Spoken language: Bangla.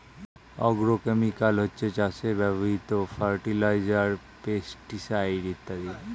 অ্যাগ্রোকেমিকাল হচ্ছে চাষে ব্যবহৃত ফার্টিলাইজার, পেস্টিসাইড ইত্যাদি